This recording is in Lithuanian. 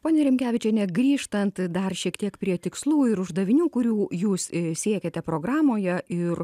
ponia rimkevičiene grįžtant dar šiek tiek prie tikslų ir uždavinių kurių jūs siekiate programoje ir